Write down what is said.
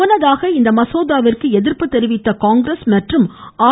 முன்னதாக இந்த மசோதாவிற்கு எதிர்ப்பு தெரிவித்த காங்கிரஸ் மற்றும் ஆர்